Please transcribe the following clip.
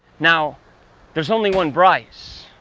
now there's only one bryce,